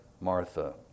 Martha